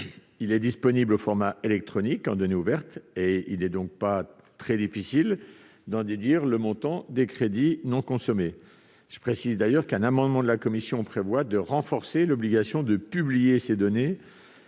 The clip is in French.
Elle est disponible au format électronique en données ouvertes. À partir de ce document, il n'est pas très difficile de déduire le montant des crédits non consommés. Je le précise, un amendement de la commission prévoit de renforcer l'obligation de publier ces données